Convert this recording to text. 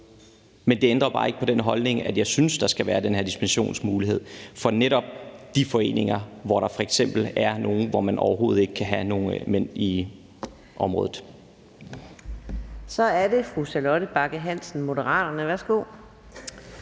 Men det ændrer bare ikke på den holdning, at jeg synes, der skal være den her dispensationsmulighed for netop de foreninger, hvor der f.eks. er nogle, som gør, at man overhovedet ikke kan have nogen mænd i området. Kl. 14:54 Anden næstformand (Karina Adsbøl): Så er det fru Charlotte Bagge Hansen, Moderaterne. Værsgo.